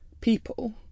people